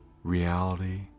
reality